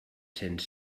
cents